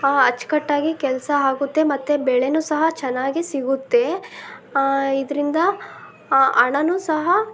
ಅಚ್ಚುಕಟ್ಟಾಗಿ ಕೆಲಸ ಆಗುತ್ತೆ ಮತ್ತೆ ಬೆಳೆಯೂ ಸಹ ಚೆನ್ನಾಗಿಯೇ ಸಿಗುತ್ತೆ ಇದರಿಂದ ಹಣವೊ ಸಹ